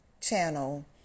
channel